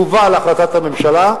תובא להחלטת הממשלה,